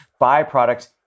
byproducts